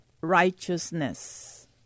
righteousness